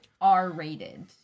R-rated